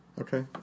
Okay